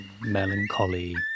melancholy